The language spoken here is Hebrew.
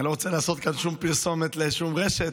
אני לא רוצה לעשות כאן שום פרסומת לשום רשת,